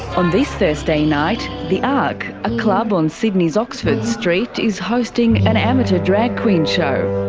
on this thursday night, the arq, a club on sydney's oxford street is hosting an amateur drag-queen show.